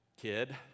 kid